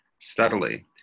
steadily